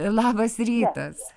labas rytas